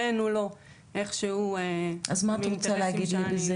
הראנו לו איך שהוא --- אז מה את רוצה להגיד לי בזה?